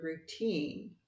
routine